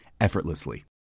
effortlessly